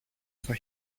στα